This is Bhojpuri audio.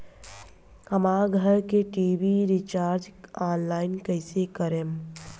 हमार घर के टी.वी रीचार्ज ऑनलाइन कैसे करेम?